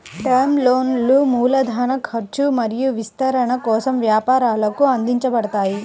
term లోన్లు మూలధన ఖర్చు మరియు విస్తరణ కోసం వ్యాపారాలకు అందించబడతాయి